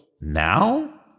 now